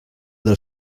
del